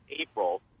April